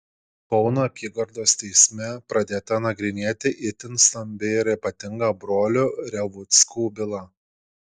kauno apygardos teisme pradėta nagrinėti itin stambi ir ypatinga brolių revuckų byla